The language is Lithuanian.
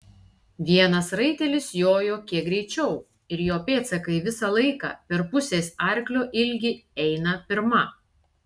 vienas raitelis jojo kiek greičiau ir jo pėdsakai visą laiką per pusės arklio ilgį eina pirma